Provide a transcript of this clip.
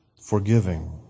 forgiving